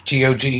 GOG